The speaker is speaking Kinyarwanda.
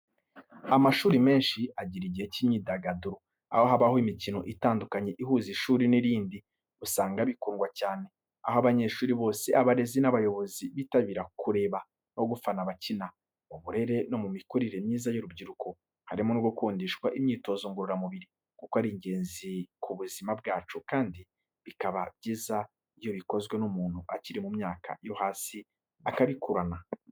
Amashuri menshi agira igihe cy’imyidagaduro, aho habaho imikino itandukanye ihuza ishuri n’irindi. Usanga bikundwa cyane, aho abanyeshuri bose, abarezi n’abayobozi bitabira kureba no gufana abakina. Mu burere no mu mikurire myiza y’urubyiruko harimo gukundishwa imyitozo ngororamubiri, kuko ari ingenzi ku buzima bwacu kandi bikaba byiza iyo ikozwe umuntu akiri mu myaka yo hasi akabikurana.